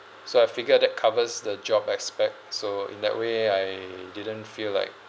so I figured that covers the job aspect so in that way I didn't feel like